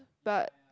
but